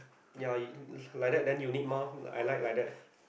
ya it like that then you need mah I like like that